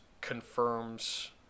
confirms